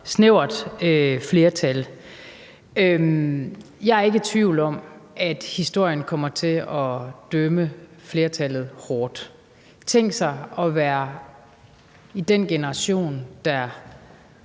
snævert flertal. Jeg er ikke i tvivl om, at historien kommer til at dømme flertallet hårdt. Tænk, at man er i den generation, der